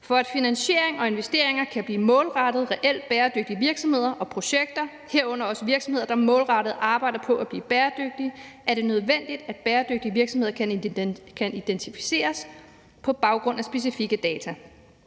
For at finansiering og investeringer kan blive målrettet reelt bæredygtige virksomheder og projekter, herunder også virksomheder, der målrettet arbejder på at blive bæredygtige, er det nødvendigt, at bæredygtige virksomheder kan identificeres på baggrund af specifikke data.